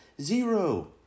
Zero